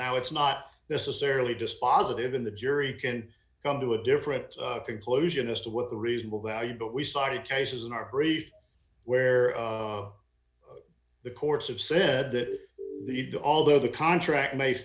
now it's not necessarily dispositive in the jury can come to a different conclusion as to what the reasonable value but we started cases in our brief where the courts have said that it although the contract ma